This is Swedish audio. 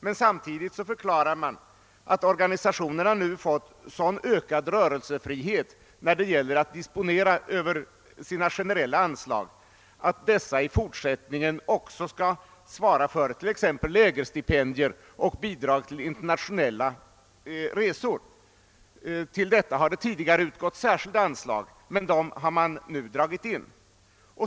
Men samtidigt förklarar man att organisationerna nu fått en så stor ökning av sin rörelsefrihet när det gäller att disponera över de generella anslagen att dessa i fortsättningen också skall svara för t.ex. lägerstipendier och bidrag till internationella resor. För detta har det tidigare utgått särskilda anslag, men dem har man nu dragit in.